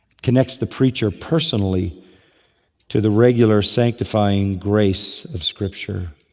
connects the preacher personally to the regular sanctifying grace of scripture.